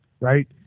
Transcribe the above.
right